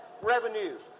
revenues